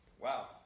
Wow